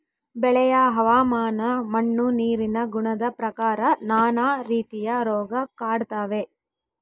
ಬೆಳೆಯ ಹವಾಮಾನ ಮಣ್ಣು ನೀರಿನ ಗುಣದ ಪ್ರಕಾರ ನಾನಾ ರೀತಿಯ ರೋಗ ಕಾಡ್ತಾವೆ